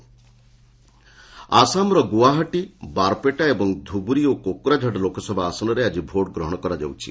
polling Assam ଆସାମର ଗୁଆହାଟି ବାରପେଟା ଧୁବୁରି ଓ କୋକ୍ରାଝାଡ ଲୋକସଭା ଆସନରେ ଆଜି ଭୋଟ୍ ଗ୍ରହଣ କରାଯାଉଛି